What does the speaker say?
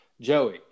Joey